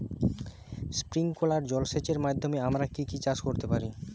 Sprinkler জলসেচের মাধ্যমে আমরা কি কি চাষ করতে পারি?